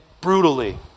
brutally